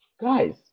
guys